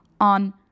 on